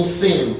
sin